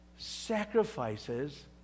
sacrifices